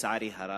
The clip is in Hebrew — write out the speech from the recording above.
לצערי הרב.